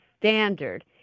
standard